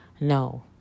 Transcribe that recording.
no